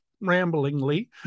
ramblingly